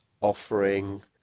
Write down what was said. offering